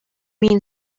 mean